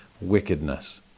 wickedness